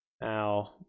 Now